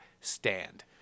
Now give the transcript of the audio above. Stand